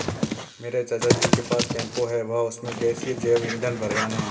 मेरे चाचा जी के पास टेंपो है वह उसमें गैसीय जैव ईंधन भरवाने हैं